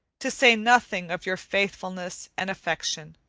to say nothing of your faithfulness and affection.